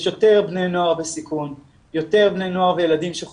בנוער בסיכון או שזה נתון כללי?